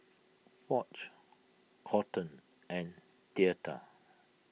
Foch Colton and theta